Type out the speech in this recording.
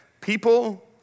people